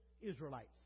Israelites